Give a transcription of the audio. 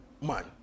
man